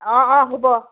অঁ অঁ হ'ব